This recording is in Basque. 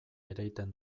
ereiten